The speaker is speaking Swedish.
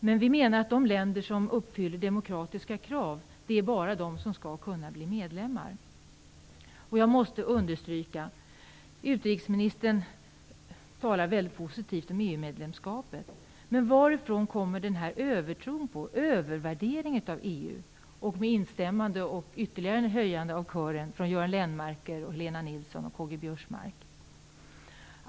Men vi menar att bara de länder som uppfyller demokratiska krav skall kunna bli medlemmar. Jag måste understryka en sak: Utrikesministern talar väldigt positivt om EU medlemskapet. Men varifrån kommer övertron på och övervärderingen av EU, med instämmande i och ett ytterligare höjande av kören av Göran Lennmarker, Helena Nilsson och Karl-Göran Biörsmark?